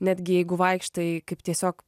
netgi jeigu vaikštai kaip tiesiog